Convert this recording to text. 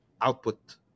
output